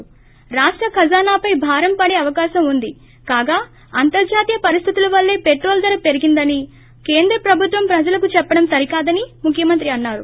తో రాష్ట ఖజానాపై భారం పడే అవకాశం ఉంది కాగా అంతర్జాతీయ పరిస్థితుల వల్లే పేట్రోల్ ధర పెరిగిందని కేంద్ర ప్రభుత్వం ప్రజలను చెప్పడం సరి కాదని ముఖ్యమంత్రి అన్నారు